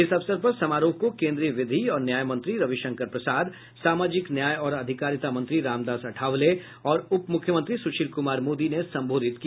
इस अवसर पर समारोह को केन्द्रीय विधि और न्याय मंत्री रविशंकर प्रसाद सामाजिक न्याय और अधिकारिता मंत्री रामदास अठावले और उप मुख्यमंत्री सुशील कुमार मोदी ने संबोधित किया